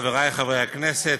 חברי חברי הכנסת,